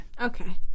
okay